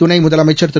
துணை முதலமைச்சர் திரு